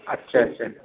اچھا اچھا